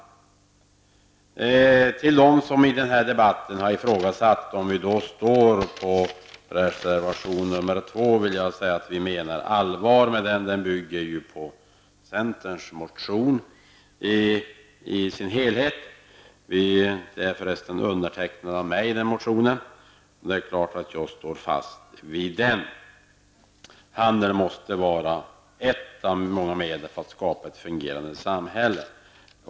Jag vill till dem som i denna debatt har ifrågasatt om vi i centern står för reservation 2 säga att vi menar allvar med denna. Den bygger i sin helhet på en motion från centerpartiet, som för resten har undertecknats av mig själv, och jag står självfallet fast vid den motionen. Handeln måste vara ett av många medel för att skapa ett fungerande samhälle.